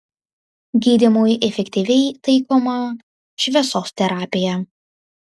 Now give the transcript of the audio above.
gydymui efektyviai taikoma šviesos terapija